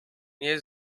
nie